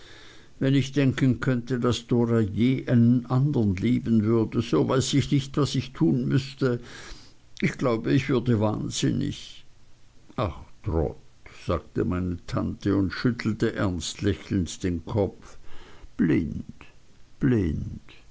wenn ich denken könnte daß dora je einen andern lieben würde so weiß ich nicht was ich tun müßte ich glaube ich würde wahnsinnig ach trot sagte meine tante und schüttelte ernst lächelnd den kopf blind blind